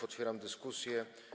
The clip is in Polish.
Otwieram dyskusję.